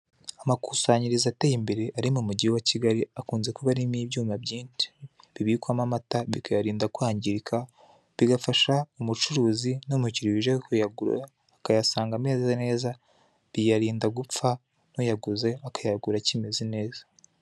Amakusanyirizo ateye imbere ari mumugi wa Kigali, akunze kuba arimo ibyuma byinshi bibikwamo amata bikayarinda kwangirika, bigafasha umucuruzi n'umukiliya uje kuyagura akayasanga ameze neza, biyarinda gupfa n'uyaguze akayagura akimeze neza.